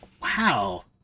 Wow